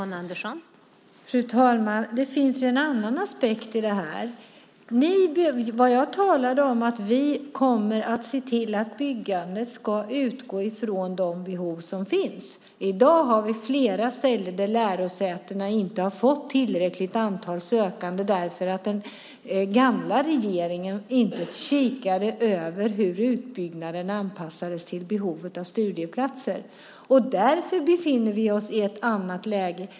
Fru talman! Det finns en annan aspekt i detta. Det jag sade var att vi kommer att se till att byggandet utgår från de behov som finns. I dag har vi flera lärosäten som inte fått tillräckligt antal sökande eftersom den tidigare regeringen inte såg till behovet av bostäder vid utbyggnaden av antalet studieplatser. Därför befinner vi oss i detta läge.